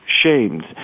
shamed